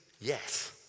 yes